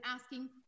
asking